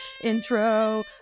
intro